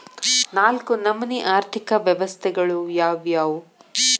ನಾಲ್ಕು ನಮನಿ ಆರ್ಥಿಕ ವ್ಯವಸ್ಥೆಗಳು ಯಾವ್ಯಾವು?